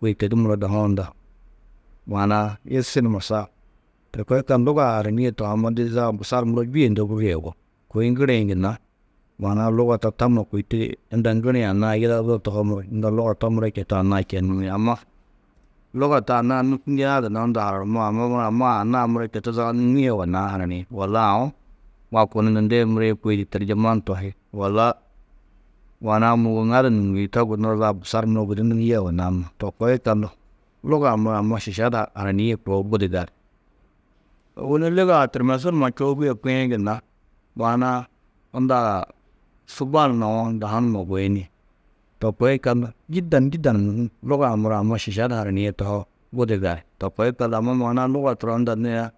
Kôi to di muro dahu-ã unda maana-ã yisi numa saab. To koo yikallu kuga-ã harainîe tohoo, amma di zaga busar muro bîe ndoburîe yugó. Kôi ŋgirĩ gunna maana-ã luga to tamma kôi unda ŋgirĩ anna-ã yidadudo tohoo muro, unda luga to muro četu anna-ã čee nûŋiĩ. Amma luga to anna-ã nûkundiã gunna unda haranumoó, amma muro amma, anna-ã muro četu zaga nûŋie yugonnãá hananiĩ? Walla aũ makuũ ni nunda yê muro yê kôi di terjeman tohi, walla maana-ã môgo ŋadu nûŋgiĩ, to gunnoó zaga busar muro gudi nûŋgie yugonnãá munum. To koi yikaalu, luga-ã muro amma šiša du haranîe koo budi gali. Ôwonni luga-ã timesu numa čoobîe kuĩ gunna maana-ã undaa su bal nawo, dahu numa guyini. To koo yikallu jîdan, jîdan Luga-ã muro amma šiša du haranîe tohoo, budi gali. To koo yikallu amma maana-ã luga turo unda nû aya,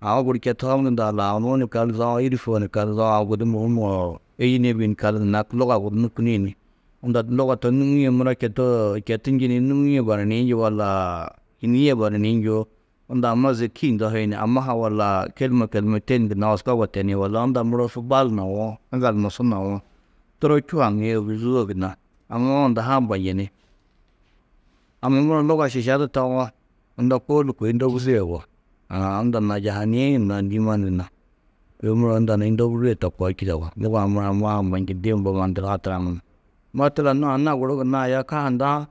aũ guru četu hokndundã lau nuũ ni kal, zo aũ îrfoo ni kal, zo aũ gudi mûhumoo, êyinebi ni kal gunna luga nûkuni ni unda luga to nûŋie muro četu četu njî ni nûŋie baranîĩ njî wallaa, hiŋîe baranîĩ njûwo, unda amma zêki ndohi ni amma ha wallaa, kêlme, kêlmetein gunna oskoba teni walla. Unda muro fu bal nawo, aŋgal numa su nawo, turo, čû haŋîe ôguzuu wô gunna. Haŋuwo, unda ha ambanjini. Amma muro luga šiša du tawo, unda kôuldu kôi di ndôbusie yugó. Aã unda najahaniĩ dîiman gunna. Kôi muro unda ni ndôburie to koo čîde ni yugó. Luga-ã muro amma ha ambanjindi mbo mannu haturã munum. Matlan nû anna guru gunna aya ka hundã.